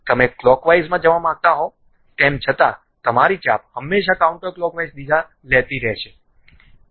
તમે ક્લોકવાઇઝમાં જવા માંગતા હો તેમ છતાં તમારી ચાપ હંમેશાં કાઉન્ટરક્લોકવાઇઝ દિશા લેતી રહે છે